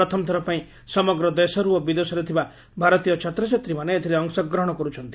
ପ୍ରଥମଥର ପାଇଁ ସମଗ୍ର ଦେଶରୁ ଓ ବିଦେଶରେ ଥିବା ଭାରତୀୟ ଛାତ୍ରଛାତ୍ରୀମାନେ ଏଥିରେ ଅଂଶଗ୍ରହଣ କରୁଛନ୍ତି